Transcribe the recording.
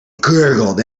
gurgled